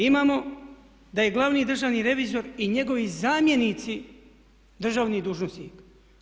Imamo da je glavni državni revizor i njegovi zamjenici državni dužnosnik.